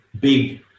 big